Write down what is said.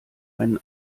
einen